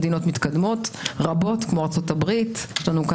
מדינות מתקדמות רבות כמו ארצות הברית.